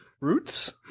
roots